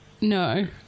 no